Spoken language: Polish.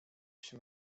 się